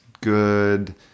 good